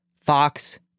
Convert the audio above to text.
Fox